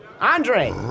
Andre